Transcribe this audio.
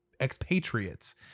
expatriates